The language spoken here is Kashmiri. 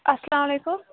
اَسلامُ علیکُم